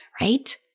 right